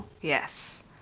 Yes